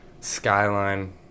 Skyline